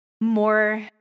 more